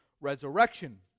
resurrection